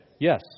Yes